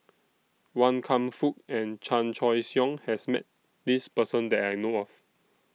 Wan Kam Fook and Chan Choy Siong has Met This Person that I know of